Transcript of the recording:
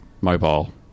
mobile